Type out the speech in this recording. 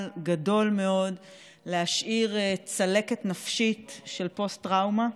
גדול מאוד להשאיר צלקת נפשית של פוסט-טראומה.